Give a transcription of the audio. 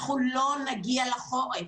אנחנו לא נגיע לחורף.